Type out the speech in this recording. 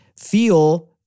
feel